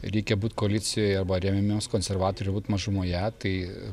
reikia būt koalicijoje arba remiamiems konservatorių būt mažumoje tai